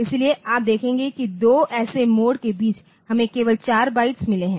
इसलिए आप देखेंगे कि 2 ऐसे मोड के बीच हमें केवल 4 बाइट्स मिले हैं